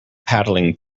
paddling